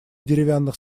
деревянных